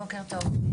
בוקר טוב.